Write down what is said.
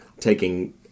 taking